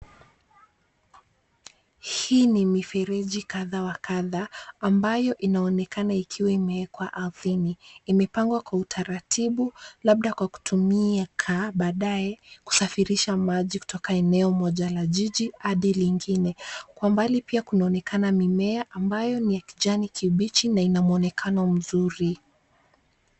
Hii ni mifereji kadhaa wa kadhaa ambayo inaonekana ikiwa imeekwa ardhini imepangwa kwa utaratibu labda kwa kutumika badaye kusafirisha maji kutoka eneo mmoja la jiji hadi jingine kwa mbali pia kunaonekana mimmea ambayo ni ya kijani kibichi na ina mwonekano mzuri.